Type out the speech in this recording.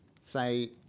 say